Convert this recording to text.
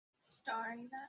Starring